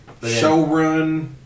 Showrun